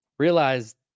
Realize